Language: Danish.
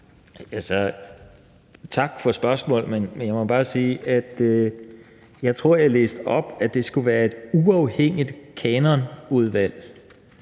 Tak for spørgsmål, men jeg må bare sige, at jeg tror, jeg læste op, at det skulle være et uafhængigt kanonudvalg.